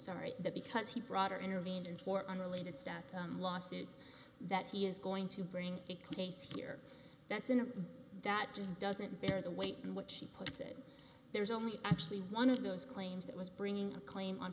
sorry that because he brought her intervened in for unrelated staff lawsuits that he is going to bring a case here that's in him that just doesn't bear the weight and what she puts it there is only actually one of those claims that was bringing a claim on